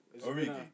Origi